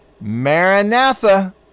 Maranatha